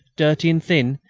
dirty and thin,